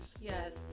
Yes